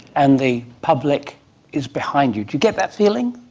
and the public is behind you. do you get that feeling?